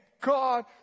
God